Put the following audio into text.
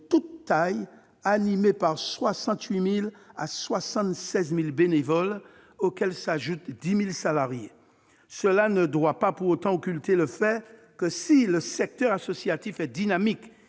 de toutes tailles animées par 68 000 à 76 000 bénévoles, auxquels s'ajoutent 10 000 salariés. Cela ne doit pas pour autant occulter le fait que, si le secteur associatif est dynamique,